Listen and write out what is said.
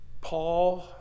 Paul